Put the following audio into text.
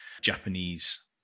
Japanese